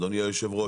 אדוני היו"ר,